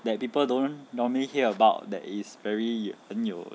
that people don't normally hear about that is very 很有